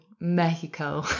Mexico